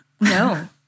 no